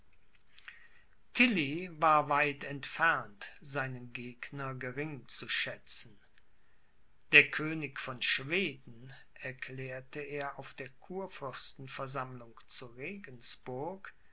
war weit entfernt seinen gegner gering zu schätzen der könig von schweden erklärte er auf der kurfürstenversammlung zu regensburg